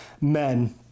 men